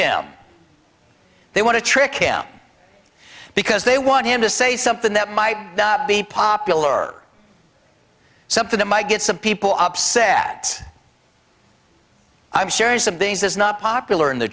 him they want to trick him because they want him to say something that might not be popular something that might get some people upset i'm sure and some things that's not popular in the